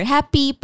Happy